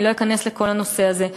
אני לא אכנס לכל הנושא הזה,